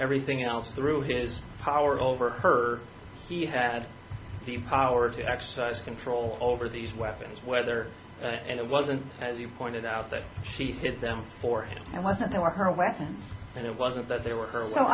everything else through his power over her he had the power to exercise control over these weapons whether and it wasn't as you pointed out that she hid them for him and was that they were her weapon and it wasn't that they were her well